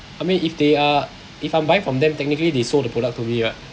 I mean if they are if I'm buying from them technically they sold the product to me right